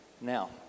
Now